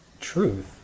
truth